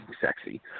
sexy